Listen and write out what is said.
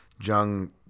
Jung